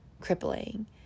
crippling